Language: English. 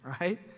right